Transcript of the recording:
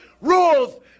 rules